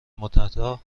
مدتها